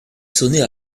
sonnait